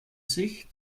sicht